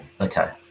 Okay